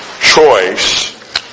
choice